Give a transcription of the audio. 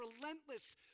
relentless